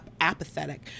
apathetic